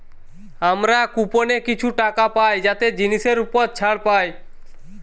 আমরা কুপনে কিছু টাকা পাই যাতে জিনিসের উপর ছাড় পাই